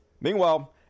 Meanwhile